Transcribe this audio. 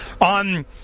on